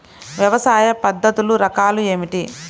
వ్యవసాయ పద్ధతులు రకాలు ఏమిటి?